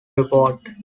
reward